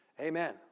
Amen